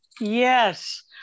Yes